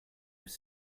was